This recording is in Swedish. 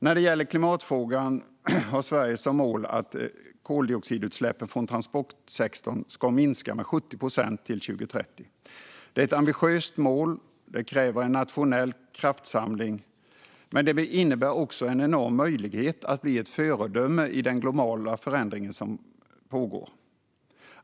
När det gäller klimatfrågan har Sverige som mål att koldioxidutsläppen från transportsektorn ska minska med 70 procent till 2030. Det är ett ambitiöst mål som kräver en nationell kraftsamling, men det innebär också en enorm möjlighet att bli ett föredöme i den globala förändring som pågår.